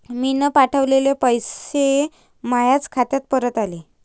मीन पावठवलेले पैसे मायाच खात्यात परत आले